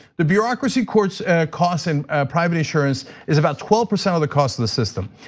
the bureaucracy costs costs and private insurance is about twelve percent of the cost of the system.